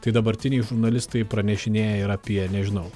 tai dabartiniai žurnalistai pranešinėja ir apie nežinau